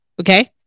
okay